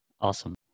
Awesome